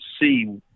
see